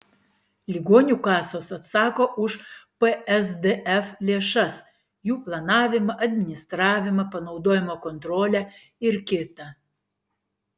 ligonių kasos atsako už psdf lėšas jų planavimą administravimą panaudojimo kontrolę ir kita